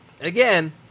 again